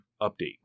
update